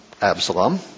Absalom